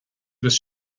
agus